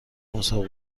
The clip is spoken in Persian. مسابقه